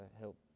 help